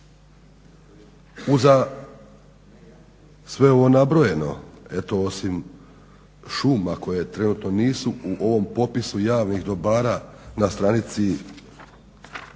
Uza sve ovo nabrojeno eto osim šuma koje trenutno nisu u ovom popisu javnih dobara na stranici